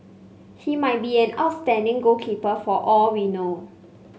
he might be an outstanding goalkeeper for all we know